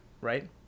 right